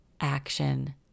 action